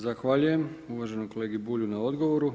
Zahvaljujem uvaženom kolegi Bulju na odgovoru.